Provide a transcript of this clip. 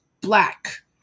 black